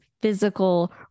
physical